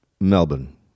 Melbourne